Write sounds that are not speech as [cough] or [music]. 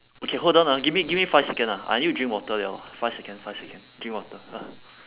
okay hold on ah give me give me five seconds ah I need to drink water liao five seconds five seconds drink water [noise]